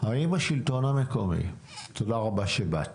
האם השלטון המקומי תודה רבה שבאת